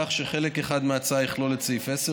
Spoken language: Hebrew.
כך שחלק אחד מההצעה יכלול את סעיף 10,